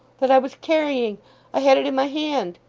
that i was carrying i had it in my hand.